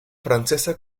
francesa